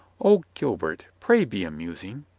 oh, gilbert, pray be amusing.